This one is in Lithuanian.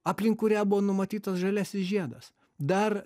aplink kurią buvo numatytas žaliasis žiedas dar